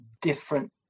different